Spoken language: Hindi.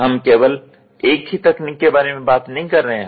हम केवल एक ही तकनीक के बारे में बात नहीं कर रहे हैं